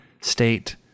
State